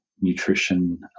nutrition